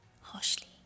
harshly